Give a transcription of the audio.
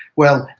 well,